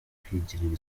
kwigirira